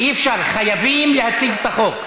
אי-אפשר, חייבים להציג את החוק.